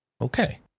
Okay